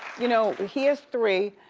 you know, he has three,